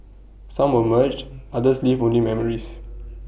some were merged others leave only memories